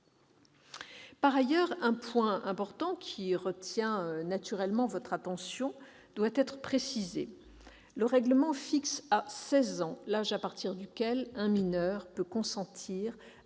Par ailleurs, un point important, qui retient naturellement votre attention, doit être précisé. Le règlement fixe à seize ans l'âge à partir duquel un mineur peut consentir à une